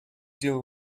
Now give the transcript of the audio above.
deal